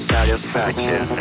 Satisfaction